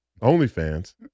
OnlyFans